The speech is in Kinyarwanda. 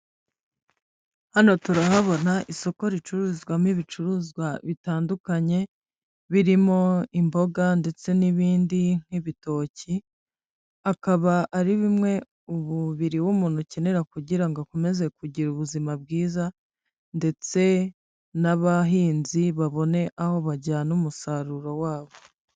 Hano turahabona isoko ricuruzwamo ibicuruzwa bitandukanye, birimo imboga ndetse n'ibindi nk'ibitoki, akaba ari bimwe umubiri w'umuntu ukenera kugira ngo akomeze kugira ubuzima bwiza, ndetse n'abahinzi babone aho bajyana umusaruro wabo.